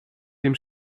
dem